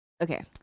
okay